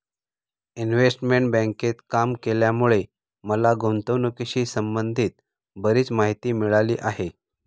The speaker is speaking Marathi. इन्व्हेस्टमेंट बँकेत काम केल्यामुळे मला गुंतवणुकीशी संबंधित बरीच माहिती मिळाली आहे